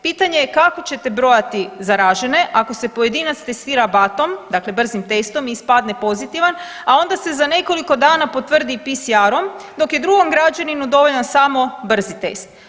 Pitanje je kako ćete brojati zaražene ako se pojedinac testira BAT-om, dakle brzim testom i ispadne pozitivan, a onda se za nekoliko dana potvrdi i PSR-om dok je drugom građaninu dovoljan samo brzi test.